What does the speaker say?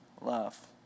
love